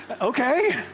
Okay